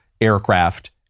aircraft